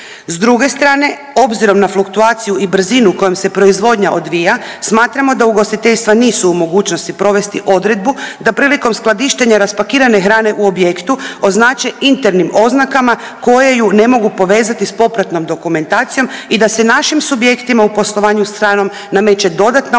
S druge strane obzirom na fluktuaciju i brzinu kojom se proizvodnja odvija smatramo da ugostiteljstva nisu u mogućnosti provesti odredbu da prilikom skladištenja raspakirane hrane u objektu označe internim oznakama koje ju ne mogu povezati sa popratnom dokumentaciju i da se našim subjektima u poslovanju stranom nameće dodatna obveza